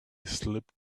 slipped